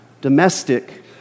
domestic